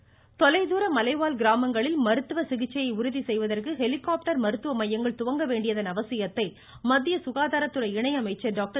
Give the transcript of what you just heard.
ஜிதேந்திரா சிங் தொலைதூர மலைவாழ் கிராமங்களில் மருத்துவ சிகிச்சையை உறுதி செய்வதற்கு ஹெலிகாப்டர் மருத்துவ மையங்கள் துவங்க வேண்டியதன் அவசியத்தை மத்திய சுகாதாரத்துறை இணையமைச்சர் டாக்டர்